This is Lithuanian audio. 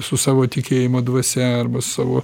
su savo tikėjimo dvasia arba savo